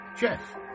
Jeff